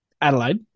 Adelaide